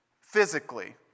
physically